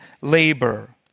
labor